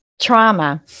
trauma